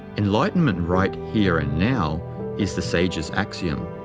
enlightenment right here and now is the sage's axiom.